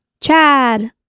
Chad